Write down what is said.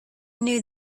knew